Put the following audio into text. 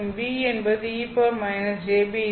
மற்றும் ν என்பது e jβz